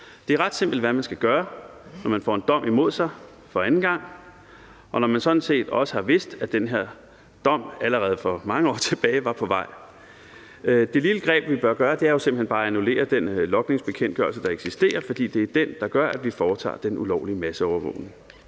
Det er ret simpelt, hvad man skal gøre, når man får en dom imod sig for anden gang, og når man sådan set også har vidst, at den her dom allerede for mange år tilbage var på vej. Det lille greb, vi bør gøre, er jo simpelt hen bare at annullere den logningsbekendtgørelse, der eksisterer, fordi det er den, der gør, at vi foretager den ulovlige masseovervågning.